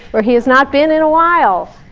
where he has not been in a while.